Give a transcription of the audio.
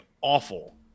awful